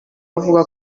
avuga